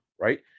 right